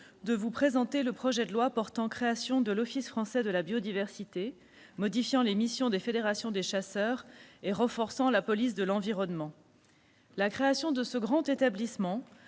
cet après-midi le projet de loi portant création de l'Office français de la biodiversité, l'OFB, modifiant les missions des fédérations des chasseurs et renforçant la police de l'environnement. La création de ce grand établissement